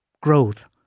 growth